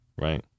Right